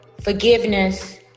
forgiveness